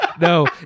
No